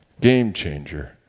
game-changer